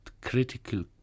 critical